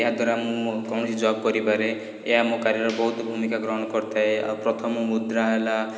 ଏହାଦ୍ୱାରା ମୁଁ ମୋ କୌଣସି ଜବ୍ କରିପାରେ ଏହା ମୋ କ୍ୟାରିଅରରେ ବହୁତ ଭୂମିକା ଗ୍ରହଣ କରିଥାଏ ଆଉ ପ୍ରଥମ ମୁଦ୍ରା ହେଲା